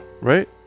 Right